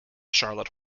charlotte